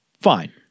Fine